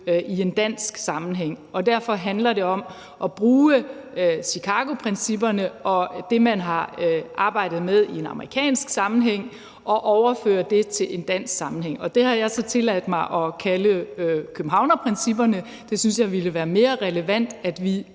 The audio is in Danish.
i en dansk sammenhæng. Derfor handler det om at bruge Chicagoprincipperne og det, som man har arbejdet med i en amerikansk sammenhæng, og overføre det til en dansk sammenhæng. Det har jeg så tilladt mig at kalde Københavnerprincipperne. Jeg synes, det ville være mere relevant, at vi